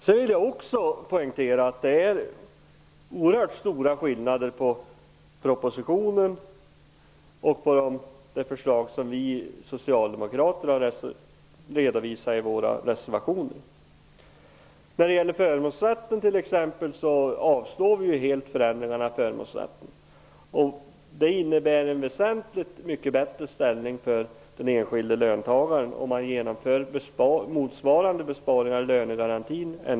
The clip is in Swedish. Jag vill också poängtera att det är oerhört stor skillnad mellan propositionen och de förslag som vi socialdemokrater har redovisat i våra reservationer. Vi avstyrker helt förändringarna av förmånsrätten. Om man gör besparingarna i lönegarantin i stället för i förmånsrätten, får den enskilde löntagaren en väsentligt mycket bättre ställning.